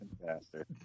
bastard